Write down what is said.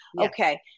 Okay